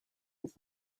his